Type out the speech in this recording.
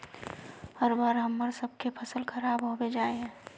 हर बार हम्मर सबके फसल खराब होबे जाए है?